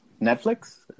Netflix